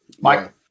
Mike